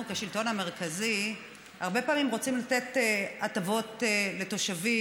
אנחנו כשלטון המרכזי הרבה פעמים רוצים לתת הטבות לתושבים,